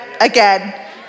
again